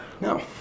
No